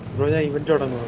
for the returning,